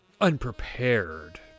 unprepared